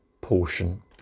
portion